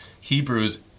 Hebrews